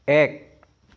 এক